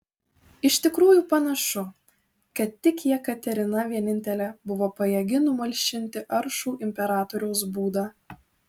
iš tikrųjų panašu kad tik jekaterina vienintelė buvo pajėgi numalšinti aršų imperatoriaus būdą